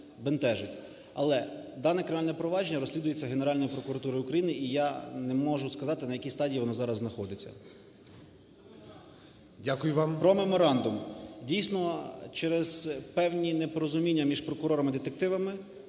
Але дане кримінальне провадження розслідується Генеральною прокуратурою України, і я не можу сказати, на якій стадії воно зараз знаходиться. ГОЛОВУЮЧИЙ. Дякую вам. ХОЛОДНИЦЬКИЙ Н.І. Про меморандум. Дійсно, через певні непорозуміння між прокурорами і детективами,